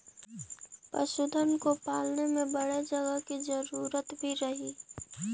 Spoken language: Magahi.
पशुधन को पालने में बड़े जगह की जरूरत भी रहअ हई